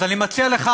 אז אני מציע לך,